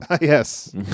Yes